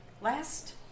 last